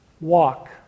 walk